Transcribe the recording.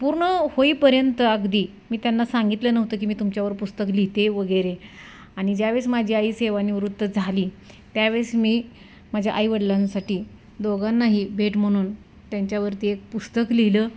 पूर्ण होईपर्यंत अगदी मी त्यांना सांगितलं नव्हतं की मी तुमच्यावर पुस्तक लिहिते आहे वगैरे आणि ज्या वेळेस माझी आई सेवानिवृत्त झाली त्यावेळेस मी माझ्या आईवडिलांसाठी दोघांनाही भेट म्हणून त्यांच्यावरती एक पुस्तक लिहिलं